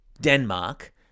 Denmark